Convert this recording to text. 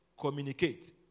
communicate